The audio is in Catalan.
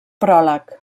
pròleg